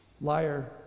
liar